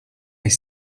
est